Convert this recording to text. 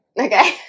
Okay